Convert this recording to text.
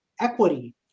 equity